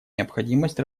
необходимость